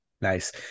Nice